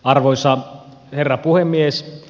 arvoisa herra puhemies